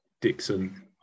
dixon